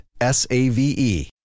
S-A-V-E